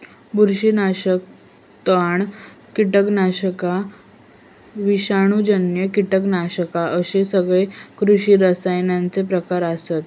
बुरशीनाशका, तण, कीटकनाशका, विषाणूजन्य कीटकनाशका अश्ये सगळे कृषी रसायनांचे प्रकार आसत